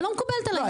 ולא מקובל עליי,